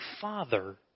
Father